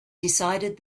decided